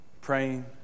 praying